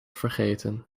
vergeten